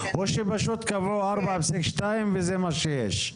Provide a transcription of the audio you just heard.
או שפשוט קבעו ארבע פסיק שתיים וזה מה שיש?